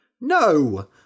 No